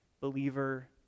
believer